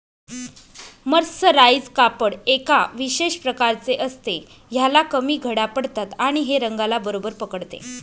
mercerise कापड एका विशेष प्रकारचे असते, ह्याला कमी घड्या पडतात आणि हे रंगाला बरोबर पकडते